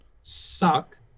suck